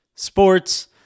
sports